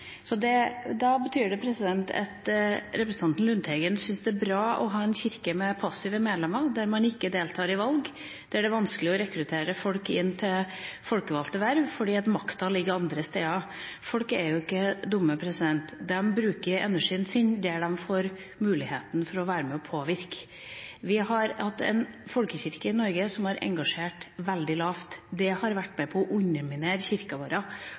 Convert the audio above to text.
Så da betyr det at representanten Lundteigen syns det er bra å ha en kirke med passive medlemmer, der man ikke deltar i valg, der det er vanskelig å rekruttere folk til folkevalgte verv fordi makta ligger andre steder. Folk er jo ikke dumme. De bruker energien sin der de får muligheten til å være med og påvirke. Vi har hatt en folkekirke i Norge som har engasjert veldig lite. Det har vært med på å underminere